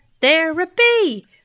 therapy